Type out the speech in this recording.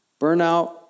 burnout